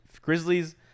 Grizzlies